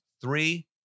three